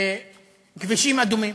כבישים אדומים,